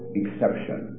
exception